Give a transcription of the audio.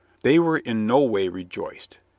they were in no way rejoiced.